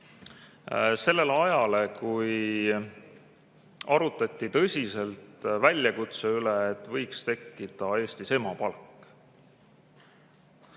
sellele ajale, kui arutati tõsiselt väljakutse üle, et võiks tekkida Eestis emapalk.